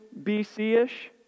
BC-ish